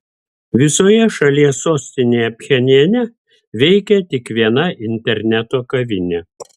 visoje šalies sostinėje pchenjane veikia tik viena interneto kavinė